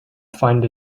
find